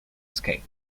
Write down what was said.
escape